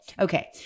Okay